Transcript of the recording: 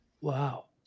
Wow